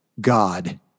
God